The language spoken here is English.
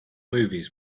movies